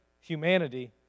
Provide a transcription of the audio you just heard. humanity